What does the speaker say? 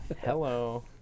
Hello